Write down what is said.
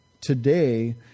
today